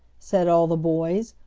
said all the boys,